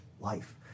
life